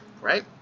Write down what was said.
right